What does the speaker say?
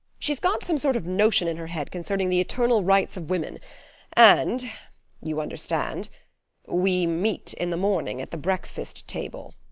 she's got some sort of notion in her head concerning the eternal rights of women and you understand we meet in the morning at the breakfast table.